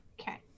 Okay